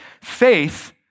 faith